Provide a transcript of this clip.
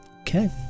Okay